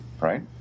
right